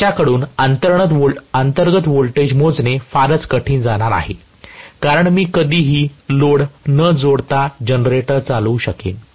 त्याच्याकडून अंतर्गत व्होल्टेज मोजणे फारच कठीण जाणार आहे कारण मी कधीही लोड न जोडता जनरेटर चालवू शकेन